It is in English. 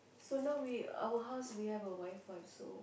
so now we our house we have a WiFi so